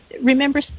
remember